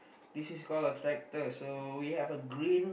this is call a tractor so we have a green